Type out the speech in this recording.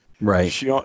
Right